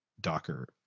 Docker